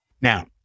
Now